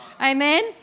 Amen